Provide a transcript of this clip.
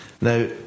Now